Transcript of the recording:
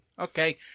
Okay